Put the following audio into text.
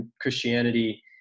Christianity